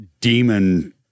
demon